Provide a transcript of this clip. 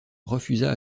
refusa